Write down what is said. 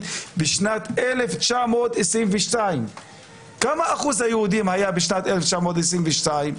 בשנת 1922. מה היה אחוז היהודים בשנת 1922?